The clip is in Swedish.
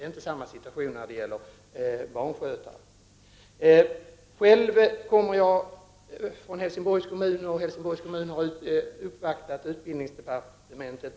Situationen är inte densamma när det gäller barnskötare. Själv kommer jag från Helsingborgs kommun. Helsingborgs kommun har uppvaktat utbildningsdepartementet.